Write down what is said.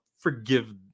forgive